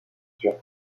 sur